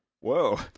Whoa